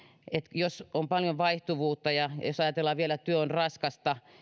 jos on paljon vaihtuvuutta ja jos ajatellaan vielä että työ on raskasta